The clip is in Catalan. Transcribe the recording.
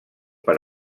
per